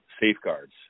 safeguards